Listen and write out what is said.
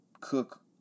cook